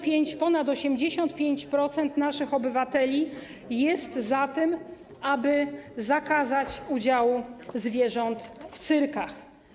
Ponad 85% naszych obywateli jest za tym, aby zakazać udziału zwierząt w cyrkach.